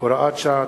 הוראת שעה),